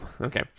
Okay